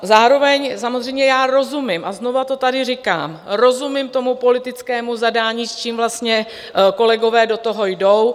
Zároveň samozřejmě já rozumím, a znovu to tady říkám, rozumím tomu politickému zadání, s čím vlastně kolegové do toho jdou.